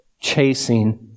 chasing